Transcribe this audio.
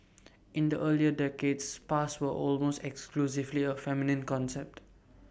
in the earlier decades spas were almost exclusively A feminine concept